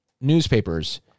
newspapers